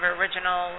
original